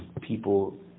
people